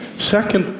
second,